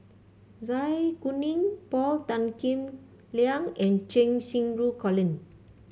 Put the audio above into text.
Zai Kuning Paul Tan Kim Liang and Cheng Xinru Colin